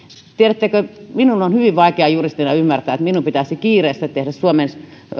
tiedättekö minun on hyvin vaikea juristina ymmärtää että minun pitäisi kiireessä tehdä suomen